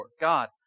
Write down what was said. God